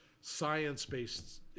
science-based